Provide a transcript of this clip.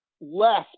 less